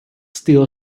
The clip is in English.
steel